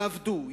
יעבדו,